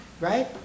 right